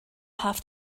have